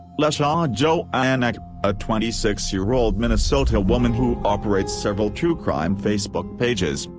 lesha johanneck, a twenty six year old minnesota woman who operates several true crime facebook pages,